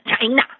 China